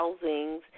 housings